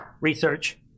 research